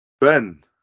Ben